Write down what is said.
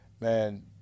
Man